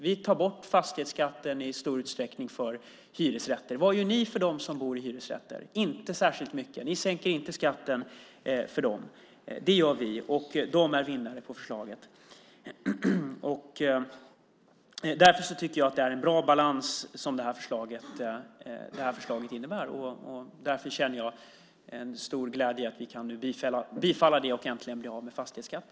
Vi tar bort fastighetsskatten i stor utsträckning för hyresrätter. Vad gör ni för dem som bor i hyresrätter? Inte särskilt mycket. Ni sänker inte skatten för dem. Det gör vi. De är vinnare på förslaget. Därför tycker jag att det är en bra balans som det här förslaget innebär. Därför känner jag en stor glädje över att vi nu kan bifalla det och äntligen bli av med fastighetsskatten.